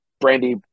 Brandy